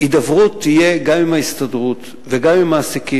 שההידברות תהיה גם עם ההסתדרות וגם עם המעסיקים,